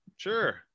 Sure